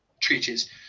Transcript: treaties